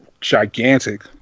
gigantic